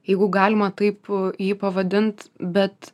jeigu galima taip jį pavadint bet